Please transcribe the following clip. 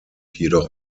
jedoch